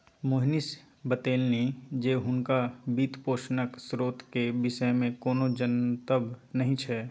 मोहनीश बतेलनि जे हुनका वित्तपोषणक स्रोत केर विषयमे कोनो जनतब नहि छै